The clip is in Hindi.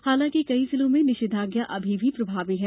हालांकि कई जिलों में निषेधाज्ञा अभी भी प्रभावी है